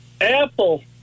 Apple